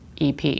EP